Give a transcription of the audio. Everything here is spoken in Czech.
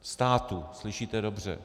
Státu, slyšíte dobře.